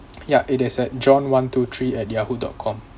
ya it is at john one two three at yahoo dot com